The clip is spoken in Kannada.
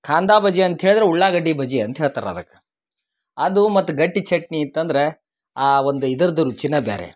ಕಾಂದ ಬಜ್ಜಿ ಅಂತ ಹೇಳ್ದ್ರ ಉಳ್ಳಾಗಡ್ಡಿ ಬಜ್ಜಿ ಅಂತ ಹೇಳ್ತಾರ ಅದಕ್ಕೆ ಅದು ಮತ್ತೆ ಗಟ್ಟಿ ಚಟ್ನಿ ಇತ್ತಂದರೆ ಆ ಒಂದು ಇದರದ್ದು ರುಚಿನ ಬ್ಯಾರೆ